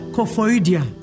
Kofoidia